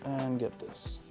and get this.